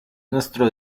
nuestro